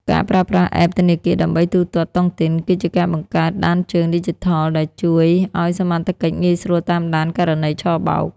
ការប្រើប្រាស់ App ធនាគារដើម្បីទូទាត់តុងទីន គឺជាការបង្កើត "ដានជើងឌីជីថល" ដែលជួយឱ្យសមត្ថកិច្ចងាយស្រួលតាមដានករណីឆបោក។